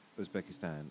Uzbekistan